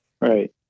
right